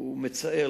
הוא מצער,